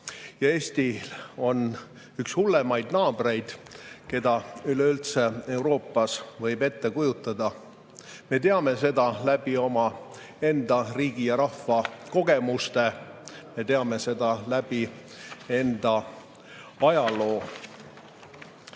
Ja Eestil on üks hullemaid naabreid, keda üleüldse Euroopas võib ette kujutada. Me teame seda läbi omaenda riigi ja rahva kogemuste, me teame seda läbi enda ajaloo. Peale